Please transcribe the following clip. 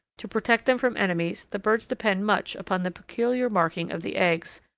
to protect them from enemies the birds depend much upon the peculiar marking of the eggs,